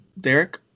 Derek